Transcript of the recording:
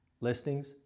listings